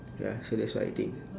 ya so that's what I think